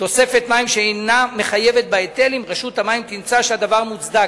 תוספת מים שאינה מחייבת בהיטל אם רשות המים תמצא שהדבר מוצדק.